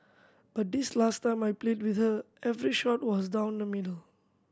but this last time I played with her every shot was down the middle